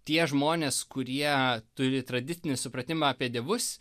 tie žmonės kurie turi tradicinį supratimą apie dievus